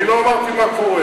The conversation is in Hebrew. אני לא אמרתי מה קורה.